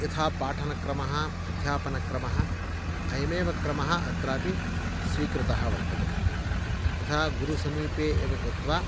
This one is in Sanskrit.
यथा पाठनक्रमः अध्यापनक्रमः अयमेव क्रमः अत्रापि स्वीकृतः वर्तते यथा गुरुसमीपे एव गत्वा